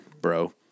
bro